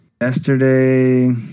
Yesterday